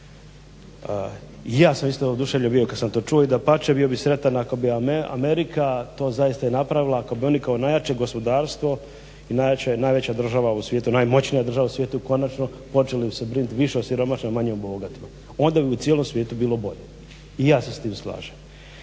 Ja sam isto oduševljen bio kad sam to čuo i dapače bio bih sretan ako bi Amerika to zaista napravila, ako bi oni kao najjače gospodarstvo i najjača država u svijetu, najmoćnija država u svijetu konačno počela se brinut više o siromašnim a manje o bogatima. Onda bi u cijelom svijetu bilo bolje. I ja se s tim slažem.